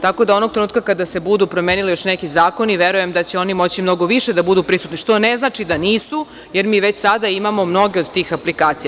Tako da, onog trenutka kada se budu promenili još neki zakoni, verujem da će oni moći mnogo više da budu prisutni, što ne znači da nisu, jer mi već sada imamo mnoge od tih aplikacija.